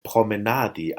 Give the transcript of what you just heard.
promenadi